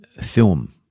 film